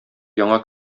яңа